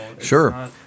Sure